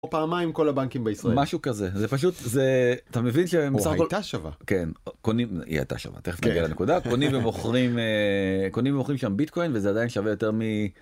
פעמיים כל הבנקים בישראל משהו כזה זה פשוט זה אתה מבין שהם שווה כן קונים קונים ומוכרים קונים ומוכרים שם ביטקוין וזה עדיין שווה יותר מ-.